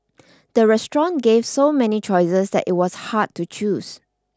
the restaurant gave so many choices that it was hard to choose